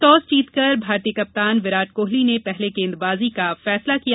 toss जीतकर भारतीय कप्तान विराट कोहली ने पहले गेंदबाजी का फैसला लिया